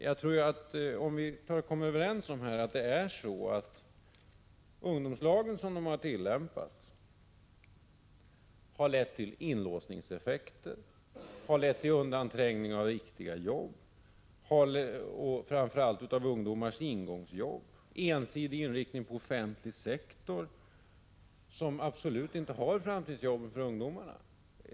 Jag tror att vi kan vara överens om att ungdomslagen som den har tillämpats har lett till inlåsningseffekter, till undanträngning av riktiga jobb, framför allt av ungdomars ingångsjobb, och ensidig inrikting på den offentliga sektorn, som absolut inte har framtidsjobben för ungdomarna.